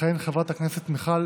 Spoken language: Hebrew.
תכהן חברת הכנסת מיכל